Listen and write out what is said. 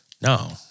No